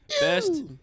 Best